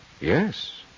Yes